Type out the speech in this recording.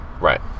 Right